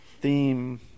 theme